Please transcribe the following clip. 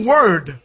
Word